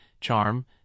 charm